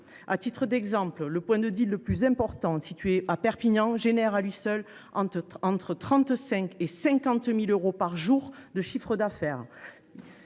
À titre d’exemple, le point de le plus important situé à Perpignan produit à lui seul entre 35 000 euros et 50 000 euros par jour de chiffre d’affaires.